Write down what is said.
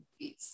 movies